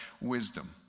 wisdom